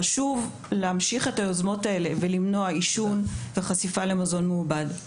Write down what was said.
חשוב להמשיך את היוזמות למניעת עישון וחשיפה למזון מעובד.